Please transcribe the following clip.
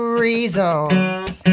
reasons